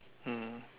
mm